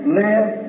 live